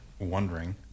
Wondering